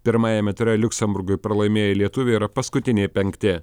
pirmajame ture liuksemburgui pralaimėję lietuviai yra paskutiniai penkti